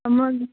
तर मग